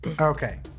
Okay